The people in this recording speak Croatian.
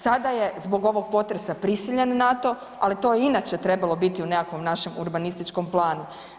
Sada je zbog ovog potresa prisiljen na to ali to bi inače trebalo biti u nekakvom našem urbanističkom planu.